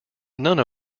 none